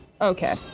okay